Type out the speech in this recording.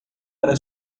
para